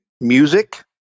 music